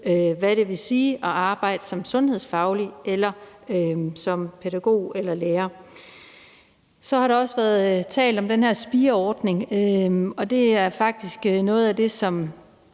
hvad det vil sige at arbejde som sundhedsfaglig, som pædagog eller som lærer. Så har der også været talt om den her spireordning, og det er faktisk noget af det, som